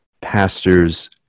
pastors